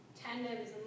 tendons